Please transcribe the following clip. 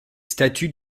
statuts